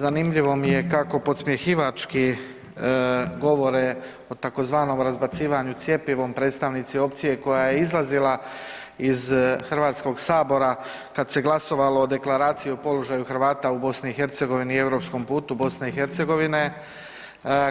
Zanimljivo mi je kako podsmjehivački govore o tzv. razbacivanju cjepivom predstavnici opcije koja je izlazila iz HS kad se glasovalo o Deklaraciji o položaju Hrvata u BiH i europskom putu BiH,